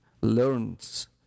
learns